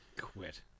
Quit